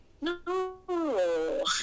no